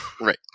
Right